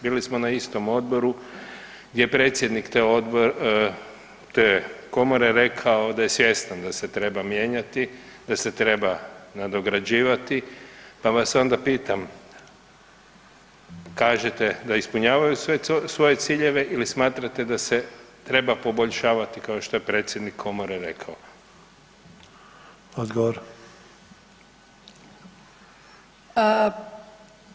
Bili smo na istom odboru gdje je predsjednik te Komore rekao da je svjestan da se treba mijenjati, da se treba nadograđivati, pa vas onda pitam, kažete da ispunjavaju svoje ciljeve ili smatrate da se treba poboljšavati kao što je predsjednik Komore rekao?